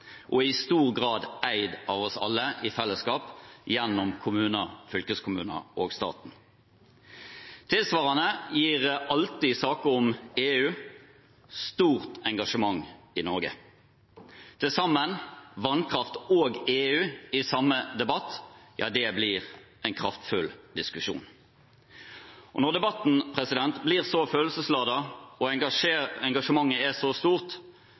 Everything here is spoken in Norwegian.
og er i stor grad eid av oss alle i fellesskap gjennom kommuner, fylkeskommuner og staten. Tilsvarende gir alltid saker om EU stort engasjement i Norge. Vannkraft og EU i samme debatt blir en kraftfull diskusjon. Når debatten blir så følelsesladet og engasjementet er så stort,